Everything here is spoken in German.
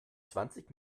zwanzig